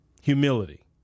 Humility